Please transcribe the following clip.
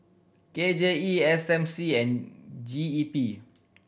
K J E S M C and G E P